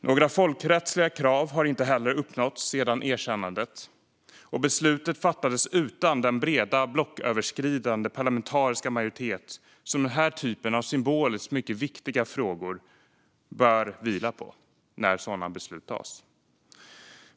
Några folkrättsliga krav har inte heller uppfyllts sedan erkännandet, och beslutet fattades utan den breda blocköverskridande parlamentariska majoritet som den här typen av symboliskt viktiga frågor bör vila på när sådana beslut fattas.